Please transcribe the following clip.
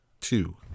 two